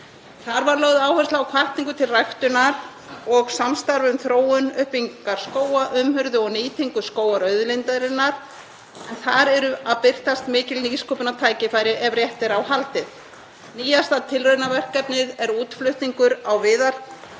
Þar var lögð áhersla á hvatningu til ræktunar og samstarf um þróun uppbyggingar skóga, umhirðu og nýtingu skógarauðlindarinnar en þar eru að birtast mikil nýsköpunartækifæri ef rétt er á haldið. Nýjasta tilraunaverkefnið er útflutningur á